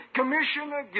Commissioner